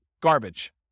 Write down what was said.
garbage